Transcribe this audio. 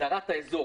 שהגדרת האזור,